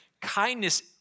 kindness